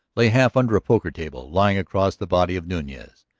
lay half under a poker table. lying across the body of nunez,